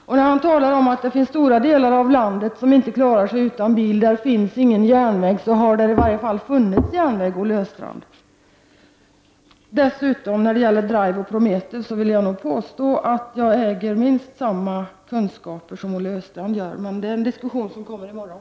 Olle Östrand talar om att stora delar av landet inte klarar sig utan bil, för där finns ingen järnväg. I varje fall har där funnits en järnväg. När det gäller Drive och Prometheus vill jag påstå att jag äger minst lika stora kunskaper som Olle Östrand. Den diskussionen skall vi ha i morgon.